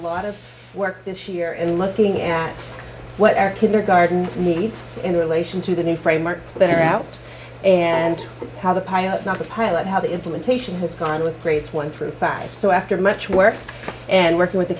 lot of work this year in looking at what our kids are garden needs in relation to the new framework so that are out and how the pilot not the pilot how they implement she has gone with grades one through five so after much work and working with the